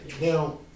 now